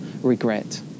regret